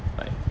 like